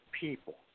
people